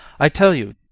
i tell you,